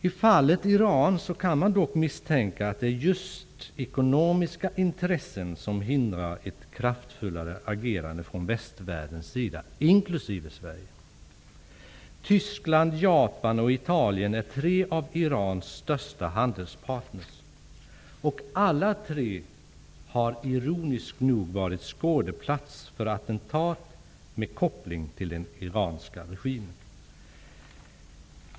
I fallet Iran kan man dock misstänka att det just är ekonomiska intressen som hindrar ett kraftfullare agerande från västvärldens sida inklusive Sverige. Tyskland, Japan och Italien är tre av Irans största handelspartner. Alla tre har ironiskt nog varit skådeplatser för attentat med koppling till den iranska regimen.